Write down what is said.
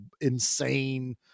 insane